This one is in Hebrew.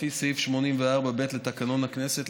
לפי סעיף 84(ב) לתקנון הכנסת,